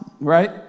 right